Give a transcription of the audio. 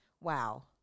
wow